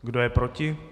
Kdo je proti?